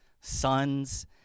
sons